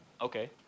Okay